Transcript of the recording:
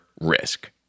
Risk